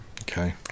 okay